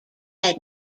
had